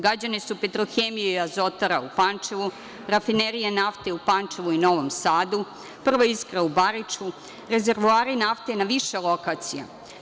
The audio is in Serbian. Gađane su „Petrohemija“ i „Azotara“ u Pančevu, rafinerije nafte u Pančevu i Novom Sadu, „Prva iskra“ u Bariču, rezervoari nafte na više lokacija.